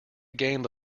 game